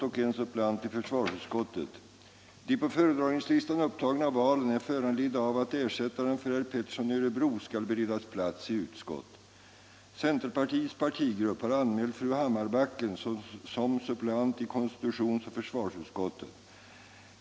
Centerpartiets partigrupp har anmält fru Hammarbacken som suppleant i konstitutionsoch försvarsutskotten.